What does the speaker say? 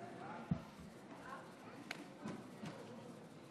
בבקשה.